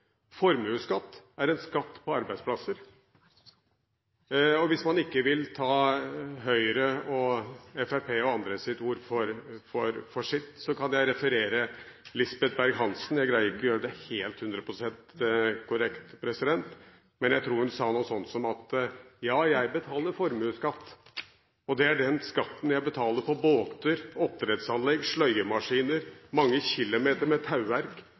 Formuesskatt er en skatt på arbeidsplasser, og hvis man ikke vil ta Høyres, Fremskrittspartiets og andres ord for sitt, kan jeg referere Lisbeth Berg-Hansen. Jeg greier ikke å gjøre det hundre prosent korrekt, men jeg tror hun sa noe sånt: Ja, jeg betaler formuesskatt, og det er den skatten jeg betaler på båter, oppdrettsanlegg, sløyemaskiner, mange kilometer med tauverk